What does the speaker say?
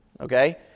Okay